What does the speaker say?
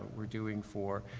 we're doing for,